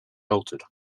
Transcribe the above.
altered